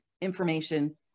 information